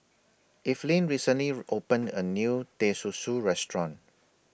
Eveline recently opened A New Teh Susu Restaurant